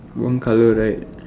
one colour right